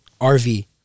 RV